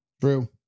True